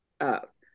up